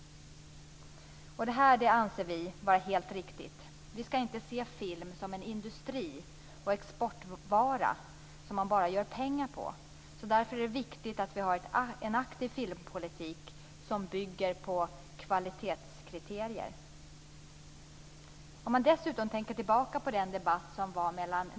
Det anser vi i Vänsterpartiet vara helt riktigt. Man skall inte se film som en industri och exportvara som man bara gör pengar på. Därför är det viktigt att vi har en aktiv filmpolitik som bygger på kvalitetskriterier. Om man dessutom tänker tillbaka på den debatt som fördes mellan kl.